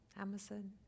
Amazon